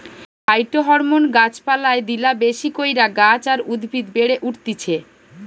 phytohormone গাছ পালায় দিলা বেশি কইরা গাছ আর উদ্ভিদ বেড়ে উঠতিছে